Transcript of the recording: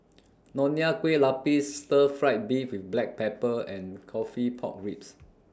Nonya Kueh Lapis Stir Fried Beef with Black Pepper and Coffee Pork Ribs